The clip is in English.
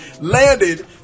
Landed